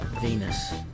Venus